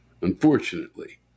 Unfortunately